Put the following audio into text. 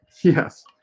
yes